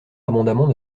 abondamment